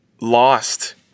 lost